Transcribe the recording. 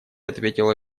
ответила